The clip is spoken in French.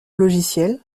logiciels